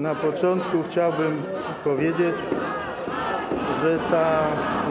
Na początku chciałbym powiedzieć, że ta